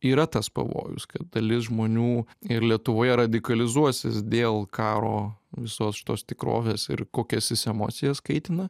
yra tas pavojus kad dalis žmonių ir lietuvoje radikalizuosis dėl karo visos šitos tikrovės ir kokias jis emocijas kaitina